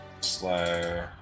Slow